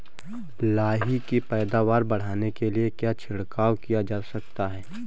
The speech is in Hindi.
लाही की पैदावार बढ़ाने के लिए क्या छिड़काव किया जा सकता है?